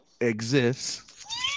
exists